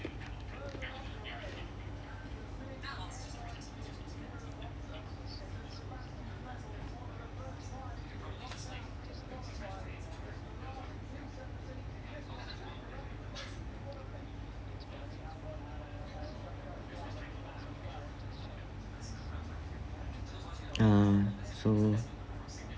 uh so